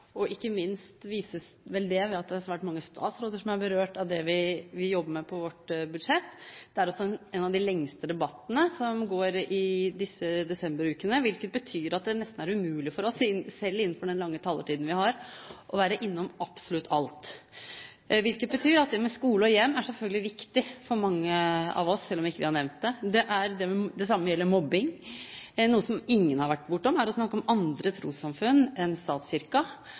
temaer. Ikke minst vises det ved at det er svært mange statsråder som er berørt av det vi jobber med i vårt budsjett. Det er en av de lengste debattene som går i disse desemberukene, hvilket betyr at det nesten er umulig for oss, selv innenfor den lange taletiden vi har, å være innom absolutt alt. Det betyr at det med skole og hjem selvfølgelig er viktig for mange av oss selv om vi ikke har nevnt det. Det samme gjelder mobbing. Noe som ingen har vært innom, er temaet andre trossamfunn enn